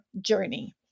journey